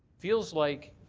feels like,